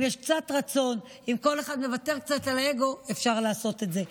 אם יש קצת רצון ואם כל אחד מוותר קצת על האגו אפשר לעשות את זה,